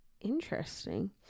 interesting